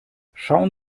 schauen